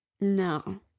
no